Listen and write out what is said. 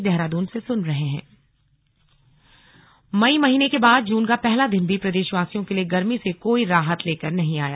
slug मौसम मई महीने के बाद जून का पहला दिन भी प्रदेशवासियों के लिए गर्मी से कोई राहत लेकर नहीं आया